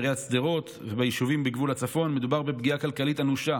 בשדרות וביישובים בגבול הצפון מדובר בפגיעה כלכלית אנושה